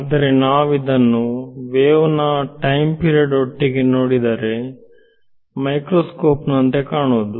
ಆದರೆ ನಾವು ಇದನ್ನು ವೇವ್ನ ಟೈಮ್ ಪಿರಿಯಡ್ ಒಟ್ಟಿಗೆ ನೋಡಿದರೆ ಮೈಕ್ರೋಸ್ಕೊಪ್ ನಂತೆ ಕಾಣುವುದು